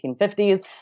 1950s